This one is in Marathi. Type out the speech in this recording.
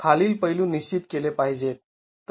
खालील पैलू निश्चित केले पाहिजेत